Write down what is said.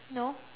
no